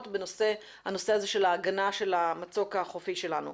בנושא הזה של ההגנה על המצוק החופי שלנו.